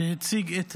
שהציג את